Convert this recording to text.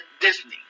Disney